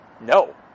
No